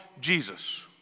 Jesus